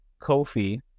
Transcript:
Kofi